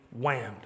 whammed